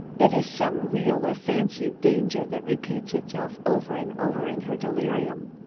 it is some real or fancied danger that repeats itself over and over in her delirium.